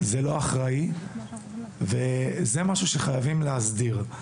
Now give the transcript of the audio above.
זה לא אחראי, וזה משהו שחייבים להסדיר.